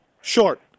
Short